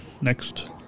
next